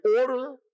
order